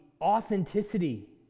authenticity